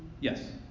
Yes